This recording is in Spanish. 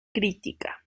crítica